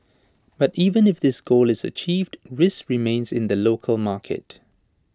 but even if this goal is achieved risks remain in the local market